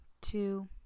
two